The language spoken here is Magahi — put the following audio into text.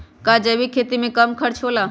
का जैविक खेती में कम खर्च होला?